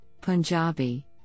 Punjabi